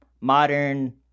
modern